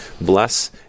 bless